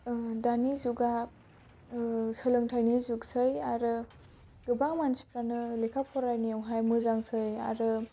दानि जुगा सोलोंथाइनि जुगसै आरो गोबां मानसिफ्रानो लेखा फरायनायावहाय मोजांसै आरो